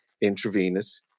intravenous